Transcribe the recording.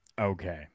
Okay